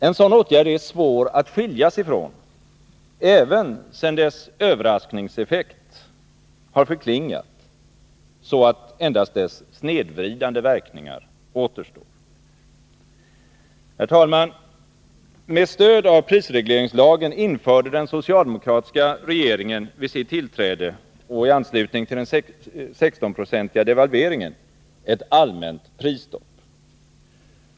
En sådan åtgärd är svår att skiljas ifrån, även sedan dess överraskningseffekt har förklingat så att endast dess snedvridande verkningar återstår. Herr talman! Med stöd av prisregleringslagen införde den socialdemokratiska regeringen vid sitt tillträde och i anslutning till den 16-procentiga devalveringen ett allmänt prisstopp.